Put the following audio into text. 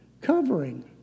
covering